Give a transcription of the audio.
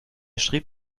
schrieb